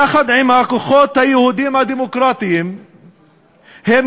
יחד עם הכוחות היהודיים הדמוקרטיים הם